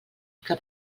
que